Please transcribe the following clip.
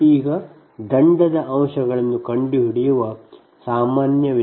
ಈಗ ದಂಡದ ಅಂಶಗಳನ್ನು ಕಂಡುಹಿಡಿಯುವ ಸಾಮಾನ್ಯ ವಿಧಾನ